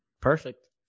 Perfect